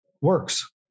works